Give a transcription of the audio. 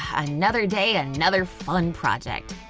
ah another day, and another fun project.